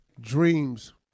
Dreams